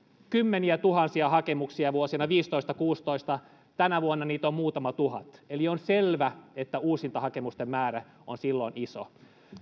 kymmeniätuhansia hakemuksia vuosina viisitoista viiva kuusitoista tänä vuonna niitä on muutama tuhat eli on selvä että uusintahakemusten määrä on silloin iso